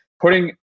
putting